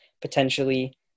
potentially